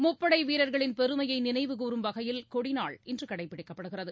முப்படை வீரர்களின் பெருமையை நினைவுகூரும் வகையில் கொடி நாள் இன்று கடைப்பிடிக்கப்படுகிறது